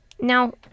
Now